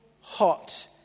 hot